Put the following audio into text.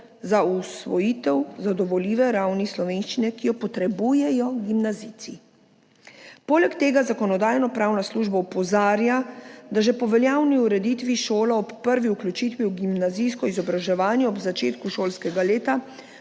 za usvojitev zadovoljive ravni slovenščine, ki jo potrebujejo gimnazijci. Poleg tega Zakonodajno-pravna služba opozarja, da že po veljavni ureditvi šola ob prvi vključitvi v gimnazijsko izobraževanje ob začetku šolskega leta